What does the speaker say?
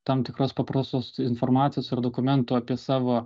tam tikros paprastos informacijos ir dokumentų apie savo